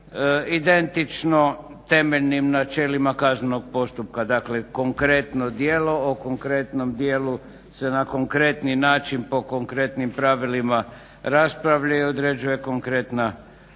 identično temeljnim načelima kaznenog postupka, dakle konkretno djelo. O konkretnom djelu se na konkretni način po konkretnim pravilima raspravlja i određuje konkretna